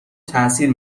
تاثیر